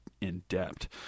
in-depth